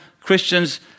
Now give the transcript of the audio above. Christians